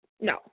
no